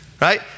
right